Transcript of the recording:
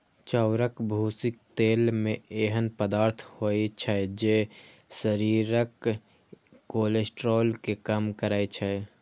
चाउरक भूसीक तेल मे एहन पदार्थ होइ छै, जे शरीरक कोलेस्ट्रॉल कें कम करै छै